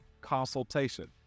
consultation